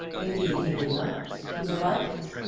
indeed he would not he would like it.